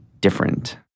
different